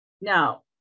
Now